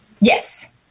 Yes